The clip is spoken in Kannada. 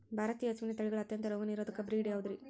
ಭಾರತೇಯ ಹಸುವಿನ ತಳಿಗಳ ಅತ್ಯಂತ ರೋಗನಿರೋಧಕ ಬ್ರೇಡ್ ಯಾವುದ್ರಿ?